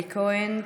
אלי כהן,